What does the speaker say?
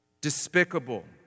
despicable